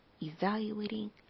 evaluating